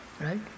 right